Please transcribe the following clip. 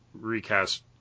recast